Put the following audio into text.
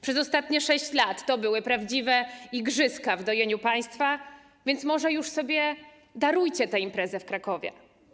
Przez ostatnie 6 lat to były prawdziwe igrzyska w dojeniu państwa, więc może już sobie darujcie tę imprezę w Krakowie.